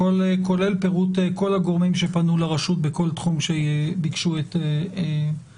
כולל פירוט כל הגורמים שפנו לרשות בכל תחום שביקשו את התערבותה.